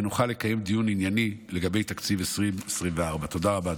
ונוכל לקיים דיון ענייני לגבי תקציב 2024. תודה רבה,